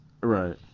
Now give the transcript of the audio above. Right